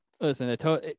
Listen